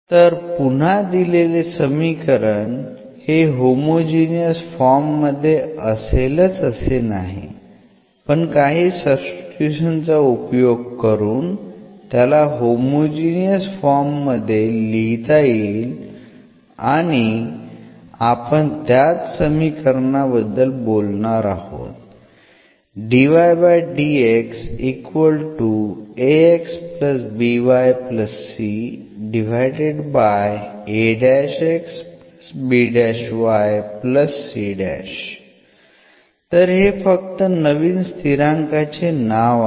तर पुन्हा दिलेले समीकरण हे होमोजिनियस फॉर्म मध्ये असेलच असे नाही पण काही सब्स्टिट्यूशन चा उपयोग करून त्याला होमोजिनियस फॉर्म मध्ये लिहिता येईल आणि आणि आपण त्याच समीकरणाबद्दल बोलणार आहोत तर हे फक्त नवीन स्थिरांकाचे नाव आहे